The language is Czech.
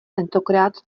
tentokrát